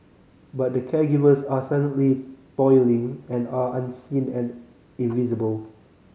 but the caregivers are silently toiling and are unseen and invisible